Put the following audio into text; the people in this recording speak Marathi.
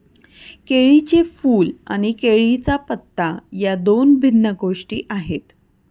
केळीचे फूल आणि केळीचा पत्ता या दोन भिन्न गोष्टी आहेत